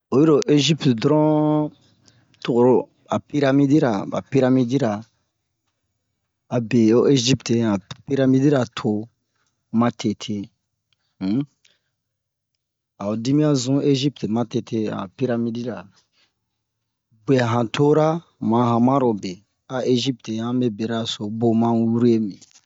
Oyi ro ezipt doron to ho a piramidira ba piramidira abe o egypt yan an piramodira to ma tete um a ho dimiyan zun ezipt ma tete a han piramidira biyɛ han tora mu a hamano be a ezipt te hanbe beraso o bun han wure mi